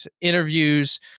interviews